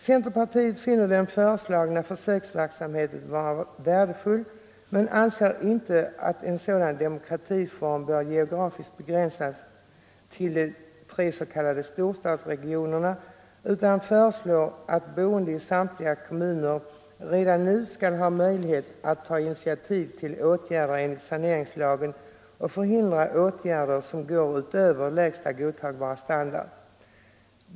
Centerpartiet finner den föreslagna försöksverksamheten vara värdefull, men anser inte att en sådan demokratiform bör geografiskt begränsas till de tre s.k. storstadsregionerna utan föreslår att boende i samtliga kommuner redan nu skall ha möjlighet att ta initiativ till åtgärder enligt saneringslagen och förhindra åtgärder som går utöver lägsta godtagbara standard.